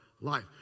life